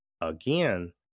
again